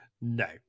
No